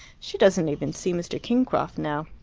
she doesn't even see mr. kingcroft now.